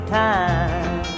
time